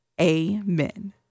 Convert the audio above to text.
Amen